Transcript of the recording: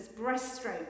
breaststroke